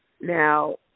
Now